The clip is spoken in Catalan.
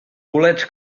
bolets